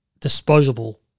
disposable